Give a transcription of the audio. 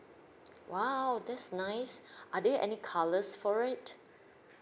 !wow! that's nice are there any colours for it